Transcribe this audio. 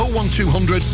01200